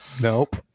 Nope